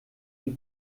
ihr